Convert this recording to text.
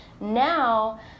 now